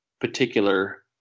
particular